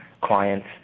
clients